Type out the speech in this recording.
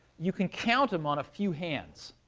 you can count them on a few hands.